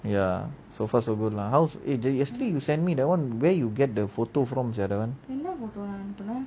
ya so far so good lah how's eh yesterday you send me the one where you get the photo from sia that [one]